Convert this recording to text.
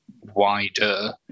wider